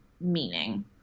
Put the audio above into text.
meaning